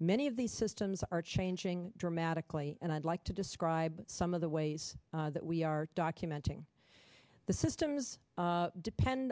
many of these systems are changing dramatically and i'd like to describe some of the ways that we are documented the systems depend